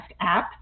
app